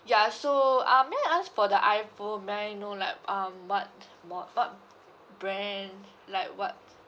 ya so um may I ask for the iphone may I know like um what mo~ what brand like what